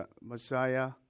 Messiah